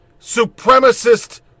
supremacist